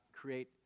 create